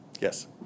Yes